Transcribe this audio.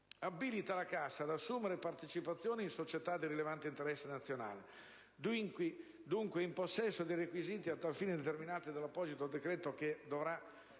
abilita la Cassa ad assumere partecipazioni in società di rilevante interesse nazionale, dunque in possesso dei requisiti a tal fine determinati dall'apposito decreto che dovrà